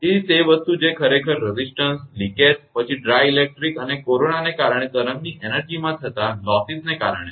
તેથી તે વસ્તુ જે ખરેખર તે રેઝિસ્ટન્સ લિકેજ પછી ડ્રાય ઇલેક્ટ્રિક અને કોરોનાને કારણે તરંગની એનર્જીમાં થતા નુકસાનલોસને કારણે છે